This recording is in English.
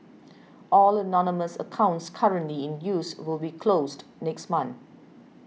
all anonymous accounts currently in use will be closed next month